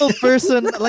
person